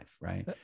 right